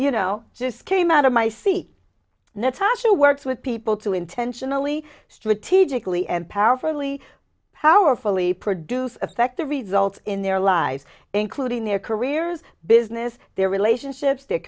you know just came out of my seat natasha works with people to intentionally strategically and powerfully powerful a produce effect the results in their lives including their careers business their relationships th